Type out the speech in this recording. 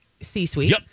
C-suite